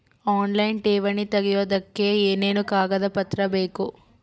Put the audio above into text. Online ಠೇವಣಿ ತೆಗಿಯೋದಕ್ಕೆ ಏನೇನು ಕಾಗದಪತ್ರ ಬೇಕು?